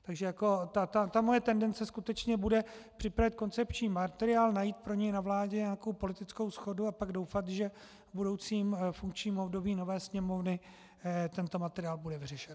Takže moje tendence skutečně bude připravit koncepční materiál, najít pro něj na vládě nějakou politickou shodu a pak doufat, že v budoucím funkčním období nové Sněmovny tento materiál bude vyřešen.